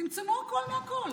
צמצמו הכול מהכול.